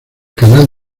canal